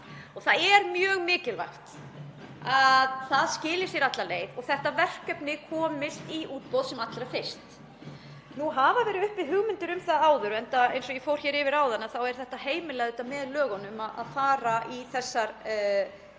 og það er mjög mikilvægt að það skili sér alla leið og verkefnið komist í útboð sem allra fyrst. Nú hafa verið uppi hugmyndir um það áður, eins og ég fór yfir áðan þá er heimilað með lögunum að fara í slíkt